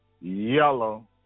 yellow